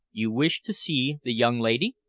you wish to see the young lady?